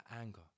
anger